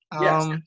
Yes